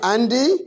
Andy